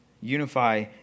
Unify